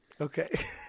Okay